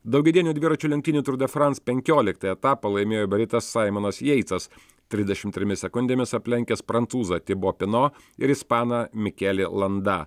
daugiadienių dviračių lenktynių tour de france penkioliktą etapą laimėjo britas saimonas jeitsas trisdešim trimis sekundėmis aplenkęs prancūzą tibo pino ir ispaną mikelį landa